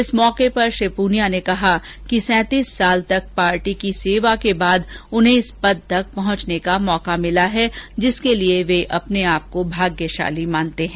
इस अवसर पर श्री पूनिया ने कहा कि सैंतीस साल तक पार्टी की सेवा के बाद उन्हें इस पद तक पहुँचने का मौका मिला है जिसके लिये वे अपने आप को भाग्यशाली मानते हैं